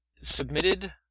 Submitted